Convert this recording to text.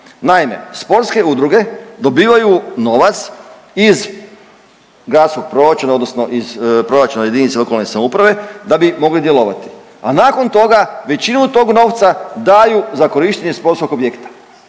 Naime, sportske udruge dobivaju novac iz gradskog proračuna odnosno iz proračuna JLS da bi mogli djelovati, a nakon toga većinu tog novca daju za korištenje sportskog objekta